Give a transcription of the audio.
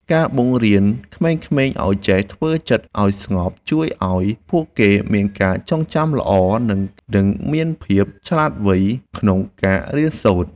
ការបង្រៀនក្មេងៗឱ្យចេះធ្វើចិត្តឱ្យស្ងប់ជួយឱ្យពួកគេមានការចងចាំល្អ និង មានភាពឆ្លាតវៃក្នុងការរៀនសូត្រ។